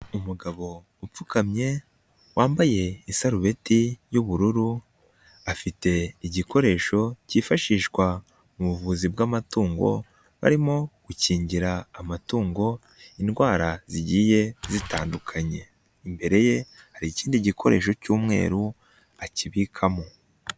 Umugabo upfukamye wambaye isarubeti y'ubururu, afite igikoresho cyifashishwa mu buvuzi bw'amatungo, barimo gukingira amatungo indwara zigiye zitandukanye, imbere ye hari ikindi gikoresho cy'umweru akibikamo.